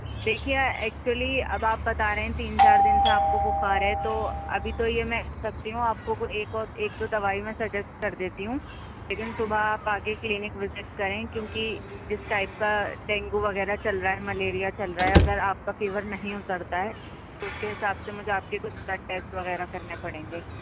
دیکھیے ایکچولی اب آپ بتا رہے ہیں تین چار دن سے آپ کو بخار ہے تو ابھی تو یہ میں کر سکتی ہوں آپ کو ایک اور ایک دو دوائی میں سجیسٹ کر دیتی ہوں لیکن صبح آپ آ کے کلینک وزٹ کریں کیونکہ جس ٹائپ کا ڈینگو وغیرہ چل رہا ہے ملیریا چل رہا ہے اگر آپ کا فیور نہیں اترتا ہے تو اس کے حساب سے مجھے آپ کے کچھ بلڈ ٹیسٹ وغیرہ کرنے پڑیں گے